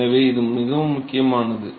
எனவே இது மிகவும் முக்கியமானது